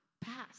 pass